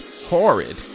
Horrid